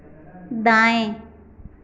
दाएँ